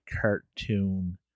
cartoon